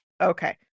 Okay